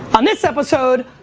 on this episode